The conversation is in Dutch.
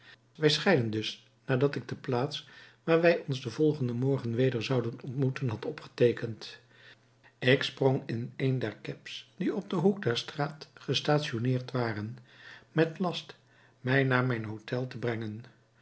wij scheidden dus nadat ik de plaats waar wij ons den volgenden morgen weder zouden ontmoeten had opgeteekend ik sprong in een der cabs die op den hoek der straat gestationeerd waren met last mij naar mijn hotel te brengen